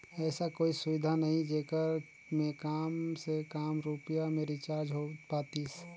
ऐसा कोई सुविधा नहीं जेकर मे काम से काम रुपिया मे रिचार्ज हो पातीस?